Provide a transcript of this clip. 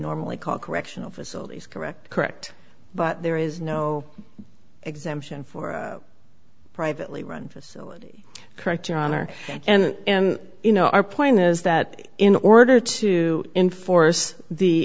normally call correctional facilities correct correct but there is no exemption for privately run facilities correct your honor and you know our point is that in order to enforce the